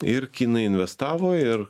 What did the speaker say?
ir kinai investavo ir